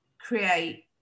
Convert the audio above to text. create